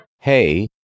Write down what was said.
Hey